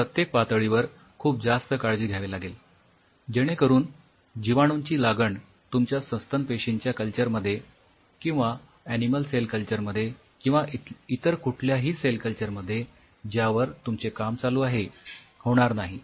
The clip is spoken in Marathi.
आणि प्रत्येक पातळीवर खूप जास्त काळजी घ्यावी लागेल जेणे करून जीवाणूंची लागण तुमच्या सस्तन पेशींच्या कल्चर मध्ये किंवा ऍनिमल सेल कल्चर मध्ये किंवा इतर कुठल्याही सेल कल्चर मध्ये ज्यावर तुमचे काम चालू आहे होणार नाही